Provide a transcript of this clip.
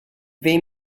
they